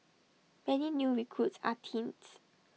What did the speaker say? many new recruits are teens